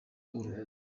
uru